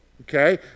Okay